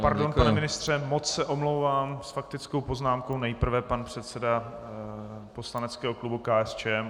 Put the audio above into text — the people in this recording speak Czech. Pardon, pane ministře, moc se omlouvám, s faktickou poznámkou nejprve pan předseda poslaneckého klubu KSČM.